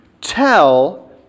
Tell